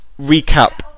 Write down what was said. recap